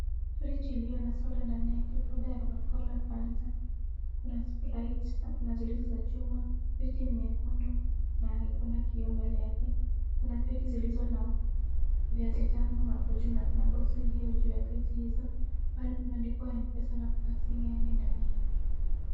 Fridge iliyo na soda ndani yake. Soda ya coca cola, fanta kuna sprite na kuna zilizo na chuma. Friji ni nyekundu na ikona kioo mbele yake na kuna kreti zilizo na vazi vitamu hapo juu na kuna boxi iliyo juu ya kreti. Mahali pameandikwa mpesa na kuna sengenge ndani yake.